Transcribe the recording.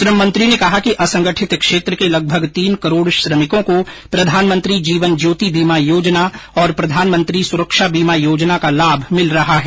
श्रम मंत्री ने कहा कि असंगठित क्षेत्र के लगभग तीन करोड़ श्रमिकों को प्रधानमंत्री जीवन ज्योति बीमा योजना और प्रधानमंत्री सुरक्षा बीमा योजना का लाभ मिल रहा है